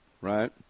right